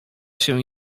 się